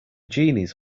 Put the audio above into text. genies